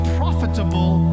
profitable